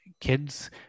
kids